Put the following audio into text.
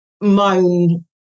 moan